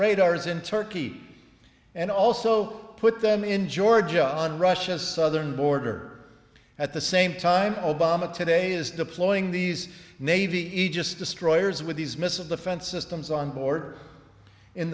radars in turkey and also put them in georgia on russia's southern border at the same time obama today is deploying these navy aegis destroyers with these missile defense systems on